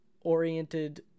oriented